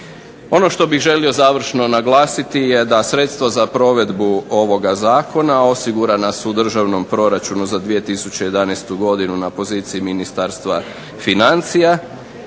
Ono što bih želio završno naglasiti je da sredstvo za provedbu ovoga zakona osigurana su u državnom proračunu za 2011. godinu na poziciji Ministarstva financija,